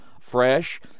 fresh